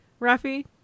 Rafi